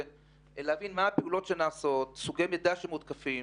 יש להבין מה הם סוגי המידע המותקפים,